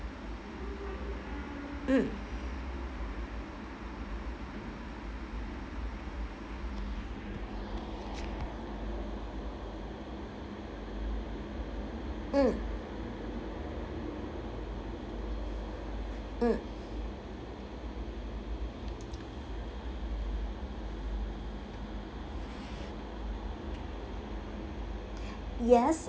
mm mm mm yes